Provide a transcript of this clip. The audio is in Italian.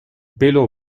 pelo